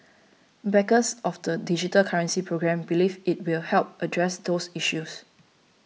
backers of the digital currency programme believe it will help address those issues